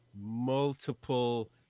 multiple